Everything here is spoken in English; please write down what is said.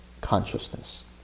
consciousness